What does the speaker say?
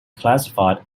classified